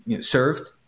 served